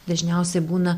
dažniausiai būna